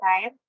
time